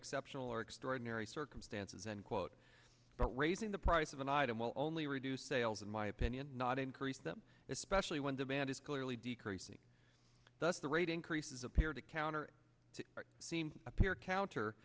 exceptional or extraordinary circumstances and quote but raising the price of an item will only reduce sales in my opinion not increase them especially when demand is clearly decreasing thus the rate increases appear to counter to seem to appear counter